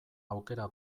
aukera